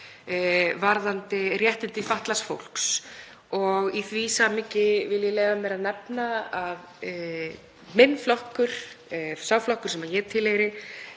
varðandi réttindi fatlaðs fólks. Í því samhengi leyfi ég mér að nefna að minn flokkur, sá flokkur sem ég tilheyri,